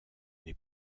les